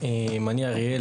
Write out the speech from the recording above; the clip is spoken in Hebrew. שמי אריאל,